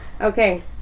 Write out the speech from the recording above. Okay